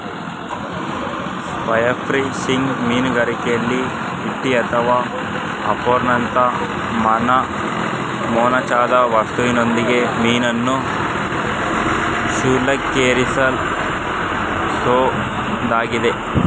spearfishing ಮೀನುಗಾರಿಕೆಲಿ ಈಟಿ ಅಥವಾ ಹಾರ್ಪೂನ್ನಂತ ಮೊನಚಾದ ವಸ್ತುವಿನೊಂದಿಗೆ ಮೀನನ್ನು ಶೂಲಕ್ಕೇರಿಸೊದಾಗಿದೆ